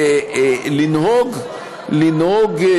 לנהוג,